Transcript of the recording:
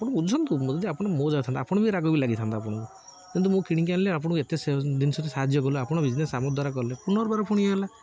ଆପଣ ବୁଝନ୍ତୁ ଯଦି ଆପଣ ମୋ ଯାଗାରେ ଥାନ୍ତେ ଆପଣ ବି ରାଗ ବି ଲାଗିଥାନ୍ତା ଆପଣଙ୍କୁ କିନ୍ତୁ ମୁଁ କିଣିକି ଆଣିଲି ଆପଣଙ୍କୁ ଏତେ ଜିନିଷରେ ସାହାଯ୍ୟ କଲୁ ଆପଣ ବିଜିନେସ ଆମ ଦ୍ୱାରା କଲେ ପୁନର୍ବାର ପୁଣି ଇଏ ହେଲେ